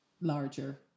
larger